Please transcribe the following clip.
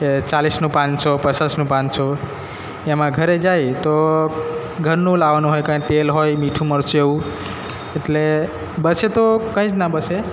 એ ચાલીસનું પાંચસો પચાસનું પાંચસો એમાં ઘરે જઈએ તો ઘરનું લાવાનું હોય કાંઈ તેલ હોય મીઠું મરચું એવું એટલે બચે તો કાંઈ જ ના બચે